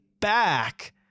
back